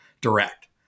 direct